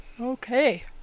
Okay